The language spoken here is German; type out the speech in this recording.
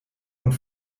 und